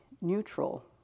neutral